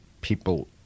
people